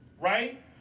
right